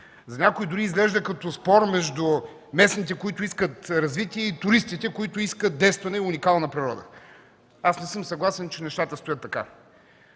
На някои други изглежда като спор между местните, които искат развитие, и туристите, които искат девствена и уникална природа. Аз не съм съгласен, че нещата стоят така.